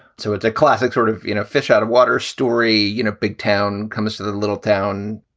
so it's a classic sort of fish out of water story. you know, big town comes to that little town,